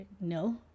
no